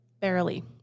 barely